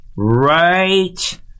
right